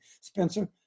Spencer